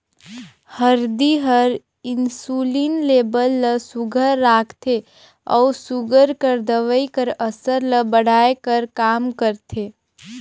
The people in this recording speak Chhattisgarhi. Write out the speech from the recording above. हरदी हर इंसुलिन लेबल ल सुग्घर राखथे अउ सूगर कर दवई कर असर ल बढ़ाए कर काम करथे